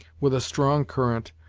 with a strong current,